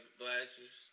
glasses